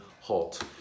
halt